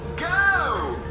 go,